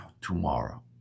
tomorrow